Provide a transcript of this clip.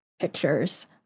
pictures